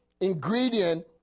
ingredient